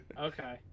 Okay